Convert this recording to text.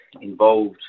involved